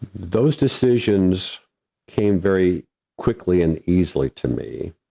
those decisions came very quickly and easily to me.